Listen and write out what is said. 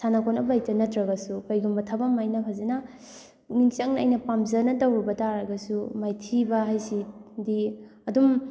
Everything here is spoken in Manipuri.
ꯁꯥꯟꯅ ꯈꯣꯠꯅꯕꯩꯗ ꯅꯠꯇ꯭ꯔꯒꯁꯨ ꯀꯩꯒꯨꯝꯕ ꯊꯕꯛ ꯑꯃ ꯑꯩꯅ ꯐꯖꯅ ꯄꯨꯛꯅꯤꯡ ꯆꯪꯅ ꯑꯩꯅ ꯄꯥꯝꯖꯅ ꯇꯧꯔꯨꯕ ꯇꯥꯔꯒꯁꯨ ꯃꯥꯏꯊꯤꯕ ꯍꯥꯏꯁꯤꯗꯤ ꯑꯗꯨꯝ